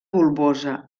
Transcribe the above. bulbosa